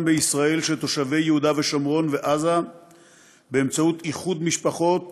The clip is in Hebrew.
בישראל של תושבי יהודה שומרון ועזה באמצעות איחוד משפחות